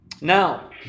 Now